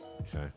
Okay